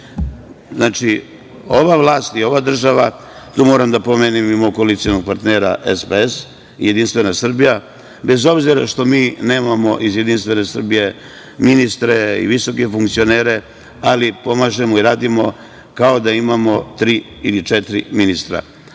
Znači, ova vlast i ova država, tu moram da pomenem i mog koalicionog partnera SPS, JS, bez obzira što mi nemamo iz JS ministre i visoke funkcionere, ali pomažemo i radimo kao da imamo tri ili četiri ministra. Da